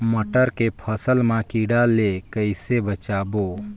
मटर के फसल मा कीड़ा ले कइसे बचाबो?